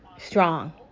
strong